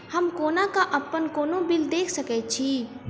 हम कोना कऽ अप्पन कोनो बिल देख सकैत छी?